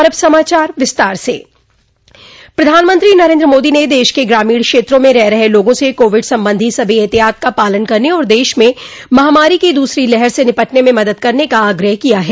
अब समाचार विस्तार से प्रधानमंत्री नरेन्द्र मोदी ने देश के ग्रामीण क्षेत्रों में रह रहे लोगों से कोविड संबंधी सभी एहतियात का पालन करने और देश में महामारी की दूसरी लहर से निपटने में मदद करने का आग्रह किया है